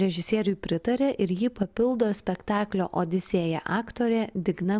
režisieriui pritarė ir jį papildo spektaklio odisėja aktorė digna